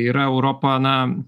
yra europa na